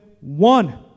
one